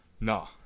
No